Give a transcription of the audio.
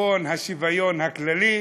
חשבון השוויון הכללי,